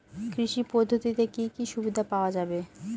কৃষি পদ্ধতিতে কি কি সুবিধা পাওয়া যাবে?